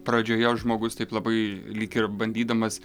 pradžioje žmogus taip labai lyg ir bandydamas